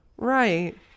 Right